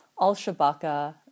Al-Shabaka